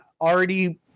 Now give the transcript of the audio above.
already